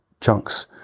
chunks